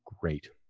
great